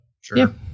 Sure